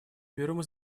первому